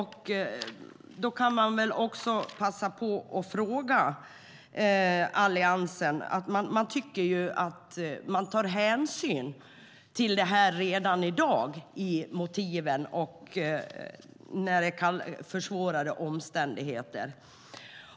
Alliansen tycker att man redan i dag tar hänsyn till detta i motiven. Det är försvårande omständigheter.